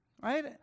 Right